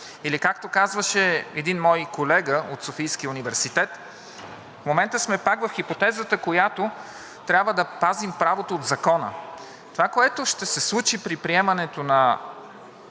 или както казваше един мой колега от Софийския университет: „В момента сме пак в хипотезата, която трябва да пазим правото от Закона.“ Това, което ще се случи при приемането на